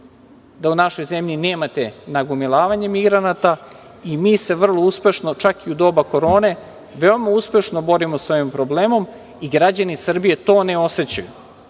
da u našoj zemlji nemate nagomilavanje migranata i mi se vrlo uspešno, čak i u doba Korone veoma uspešno borimo sa ovim problemom i građani Srbije to ne osećaju.